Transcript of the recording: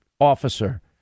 officer